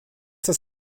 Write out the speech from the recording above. das